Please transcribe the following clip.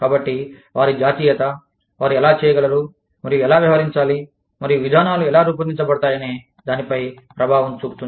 కాబట్టి వారి జాతీయత వారు ఎలా చేయగలరు మరియు ఎలా వ్యవహరించాలి మరియు విధానాలు ఎలా రూపొందించబడతాయనే దానిపై ప్రభావం చూపుతుంది